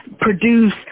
produce